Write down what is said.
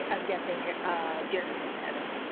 i'm guessing jared was headed.